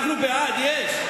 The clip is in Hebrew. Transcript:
אנחנו בעד, יש.